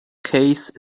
case